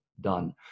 done